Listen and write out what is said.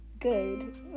good